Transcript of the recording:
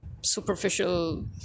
superficial